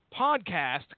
podcast